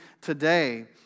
today